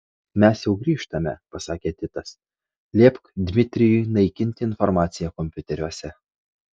mes jau grįžtame pasakė titas liepk dmitrijui naikinti informaciją kompiuteriuose